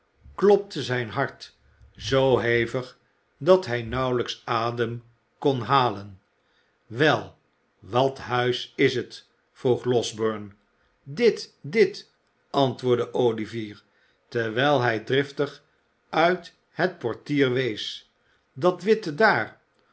klopte zijn hart zoo hevig dat hij nauwelijks adem kon halen wel wat huis is het vroeg losberne dit dit antwoordde olivier terwijl hij driftig uit het portier wees dat witte daar